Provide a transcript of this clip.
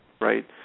right